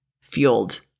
fueled